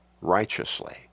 righteously